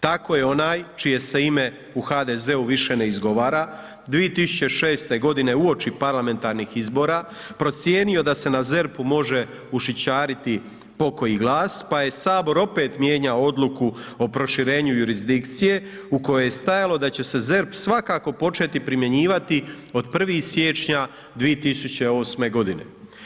Tako je onaj čije se ime u HDZ-u više ne izgovara 2006. godine uoči parlamentarnih izbora procijenio da se na ZERP-u može ušićariti pokoji glas, pa je Sabor opet mijenjao odluku o proširenju jurisdikcije u kojoj je stajalo da će se ZERP svakako početi primjenjivati od 1. siječnja 2008. godine.